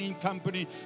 Company